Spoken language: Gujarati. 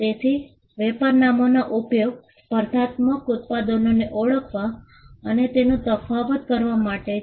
તેથી વેપાર નામોનો ઉપયોગ સ્પર્ધાત્મક ઉત્પાદનોને ઓળખવા તથા તેનો તફાવત કરવા માટે થાય છે